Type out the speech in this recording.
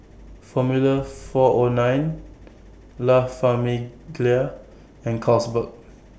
Formula four O nine La Famiglia and Carlsberg